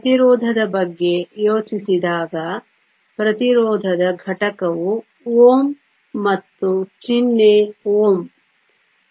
ಪ್ರತಿರೋಧದ ಬಗ್ಗೆ ಯೋಚಿಸಿದಾಗ ಪ್ರತಿರೋಧದ ಘಟಕವು ohm ಮತ್ತು ಚಿಹ್ನೆ Ω